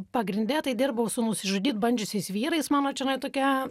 pagrinde tai dirbau su nusižudyt bandžiusiais vyrais mano čenai tokia